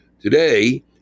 Today